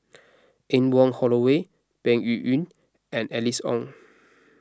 Anne Wong Holloway Peng Yuyun and Alice Ong